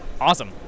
Awesome